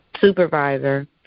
supervisor